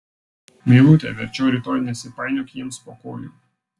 meilute verčiau rytoj nesipainiok jiems po kojų